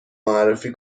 معرفی